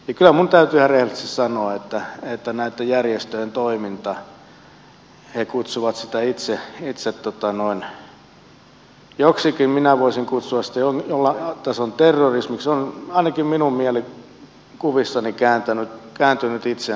kyllä minun täytyy ihan rehellisesti sanoa että näitten järjestöjen toiminta he kutsuvat sitä itse joksikin minä voisin kutsua sitä jonkin tason terrorismiksi on ainakin minun mielikuvissani kääntynyt itseänsä vastaan